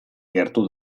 gertu